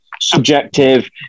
subjective